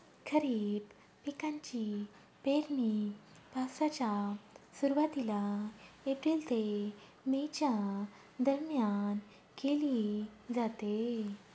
खरीप पिकांची पेरणी पावसाच्या सुरुवातीला एप्रिल ते मे च्या दरम्यान केली जाते